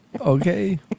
Okay